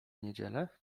niedzielę